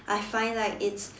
I find like it's